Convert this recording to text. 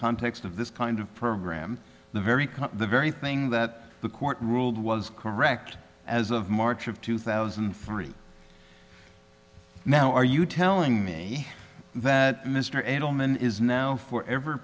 context of this kind of program the very come the very thing that the court ruled was correct as of march of two thousand and three now are you telling me that mr adelman is now for ever